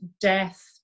death